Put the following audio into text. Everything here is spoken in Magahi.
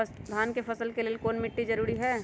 धान के फसल के लेल कौन मिट्टी जरूरी है?